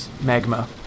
magma